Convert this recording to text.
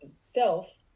self